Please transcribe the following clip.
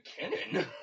McKinnon